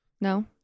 No